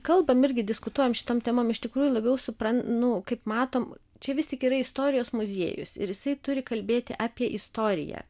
kalbam irgi diskutuojam šitom temom iš tikrųjų labiau supran nu kaip matom čia vis tik yra istorijos muziejus ir jisai turi kalbėti apie istoriją